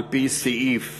על-פי סעיף